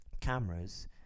cameras